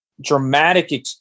dramatic